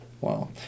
Wow